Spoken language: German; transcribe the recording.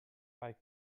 bei